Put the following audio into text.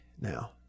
now